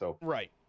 Right